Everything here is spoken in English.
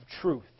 truth